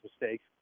mistakes